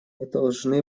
должны